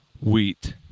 Wheat